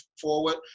forward